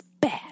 Bad